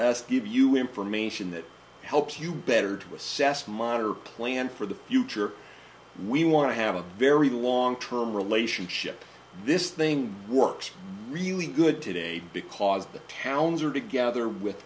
us give you information that helps you better to assess monitor plan for the future we want to have a very long term relationship this thing works really good today because the towns are together with